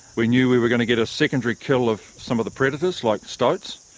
we knew we were going to get a secondary kill of some of the predators like stoats.